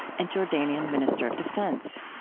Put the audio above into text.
and jordanian minister of defense.